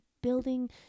building